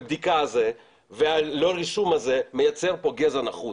'בבדיקה' הזה ולא רישום הזה מייצר פה גזע נחות